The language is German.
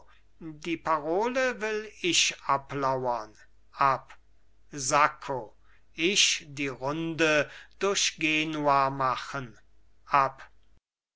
die parole will ich ablauern ab sacco ich die runde durch genua machen ab